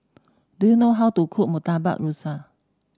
do you know how to cook Murtabak Rusa